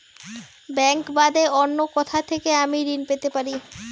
Bank বাদে অন্য কোথা থেকে আমি ঋন পেতে পারি?